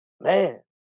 man